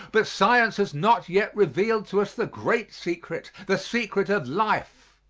but science has not yet revealed to us the great secret the secret of life.